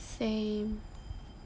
same